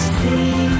see